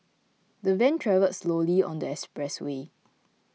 the van travelled slowly on the expressway